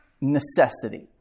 necessity